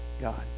God